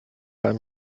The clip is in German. einem